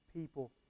people